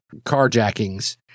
carjackings